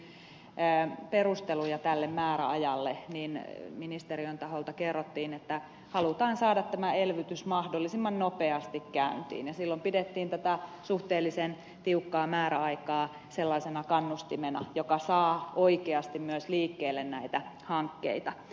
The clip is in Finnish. silloin kun kysyttiin perusteluja tälle määräajalle ministeriön taholta kerrottiin että halutaan saada tämä elvytys mahdollisimman nopeasti käyntiin ja silloin pidettiin tätä suhteellisen tiukkaa määräaikaa sellaisena kannustimena joka saa oikeasti myös liikkeelle näitä hankkeita